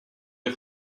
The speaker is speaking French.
des